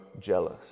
jealous